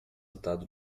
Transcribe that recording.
sentado